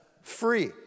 free